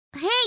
Hey